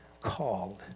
called